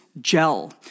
gel